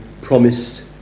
promised